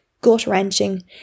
gut-wrenching